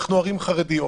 אנחנו ערים חרדיות,